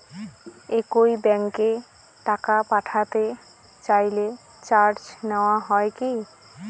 একই ব্যাংকে টাকা পাঠাতে চাইলে চার্জ নেওয়া হয় কি?